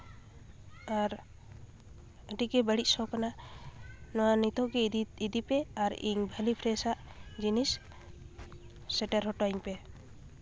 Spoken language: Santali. ᱟᱨ ᱟᱹᱰᱤᱜᱮ ᱵᱟᱹᱲᱤᱡ ᱥᱚ ᱠᱟᱱᱟ ᱱᱚᱣᱟ ᱱᱤᱛᱚᱜ ᱜᱮ ᱤᱫᱤᱯᱮ ᱟᱨ ᱤᱧᱵᱷᱟᱹᱞᱤ ᱯᱷᱨᱮᱥᱟᱜ ᱡᱤᱱᱤᱥ ᱥᱮᱴᱮᱨ ᱦᱚᱴᱚ ᱟᱹᱧ ᱯᱮ